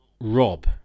Rob